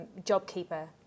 JobKeeper